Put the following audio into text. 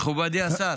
מכובדי השר,